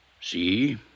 See